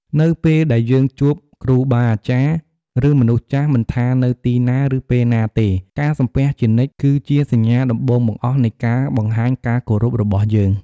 នៅពេលដែលយើងជួប គ្រូបាអាចារ្យ ឬ មនុស្សចាស់ មិនថានៅទីណា ឬពេលណាទេ ការសំពះជានិច្ច គឺជាសញ្ញាដំបូងបង្អស់នៃការបង្ហាញការគោរពរបស់យើង។